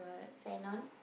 sign on